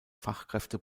fachkräfte